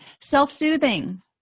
Self-soothing